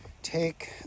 take